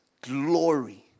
glory